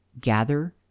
gather